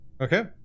okay